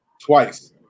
twice